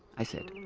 i said,